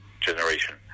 generation